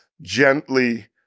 gently